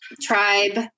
tribe